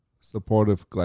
supportive